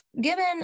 Given